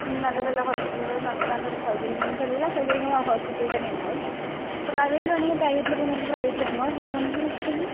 നല്ല നല്ല ഹോസ്പിറ്റലുകളും നല്ല സൗകര്യങ്ങളും നമുക്ക് എല്ലാ സൗകര്യങ്ങളും ആ ഹോസ്പിറ്റലിൽ തന്നെ ഉണ്ടാകും ഇപ്പോൾ പ്രൈവറ്റിൽ വേണമെങ്കിൽ പ്രൈവറ്റിൽ പോകാം പിന്നെ നമുക്ക് വെച്ചിട്ടുണ്ടെങ്കിൽ